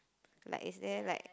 like is there like